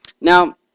Now